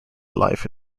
life